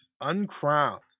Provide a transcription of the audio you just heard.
Uncrowned